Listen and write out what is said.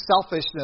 selfishness